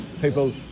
people